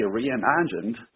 reimagined